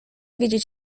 wiedzieć